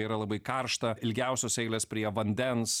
yra labai karšta ilgiausios eilės prie vandens